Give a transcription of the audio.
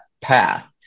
path